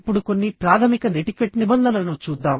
ఇప్పుడు కొన్ని ప్రాథమిక నెటిక్వెట్ నిబంధనలను చూద్దాం